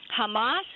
Hamas